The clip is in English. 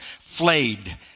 flayed